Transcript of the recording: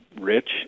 rich